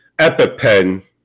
EpiPen